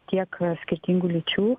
tiek skirtingų lyčių